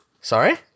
Sorry